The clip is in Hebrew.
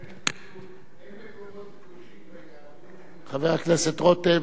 אין מקומות קדושים ביהדות, חבר הכנסת רותם.